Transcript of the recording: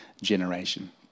generation